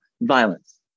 violence